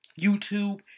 YouTube